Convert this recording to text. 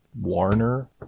Warner